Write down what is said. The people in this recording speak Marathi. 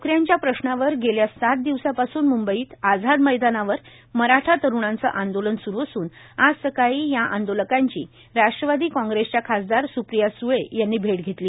नोकऱ्यांच्या प्रश्नावर गेल्या सात दिवसापासून मुंबईत आझाद मैदानावर मराठा तरुणांचं आंदोलन सुरू असून आज सकाळी या आंदोलकांची राष्ट्रवादी काँग्रेसच्या खासदार स्प्रिया स्ळे यांनी भेट घेतली